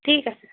ঠিক আছে